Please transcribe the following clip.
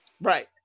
Right